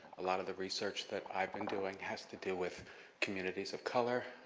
a lot of the research that i've been doing has to do with communities of color,